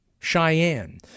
Cheyenne